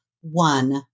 one